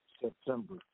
September